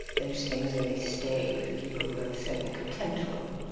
those things only stay with people who have a certain contempt for them.